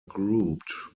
grouped